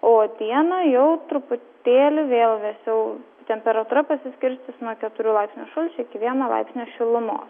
o dieną jau truputėlį vėl vėsiau temperatūra pasiskirstys nuo keturių laipsnių šalčio iki vieno laipsnio šilumos